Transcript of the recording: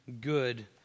good